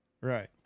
Right